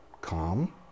calm